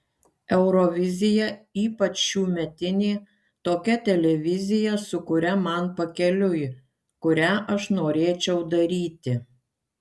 eurovizija ypač šiųmetinė tokia televizija su kuria man pakeliui kurią aš norėčiau daryti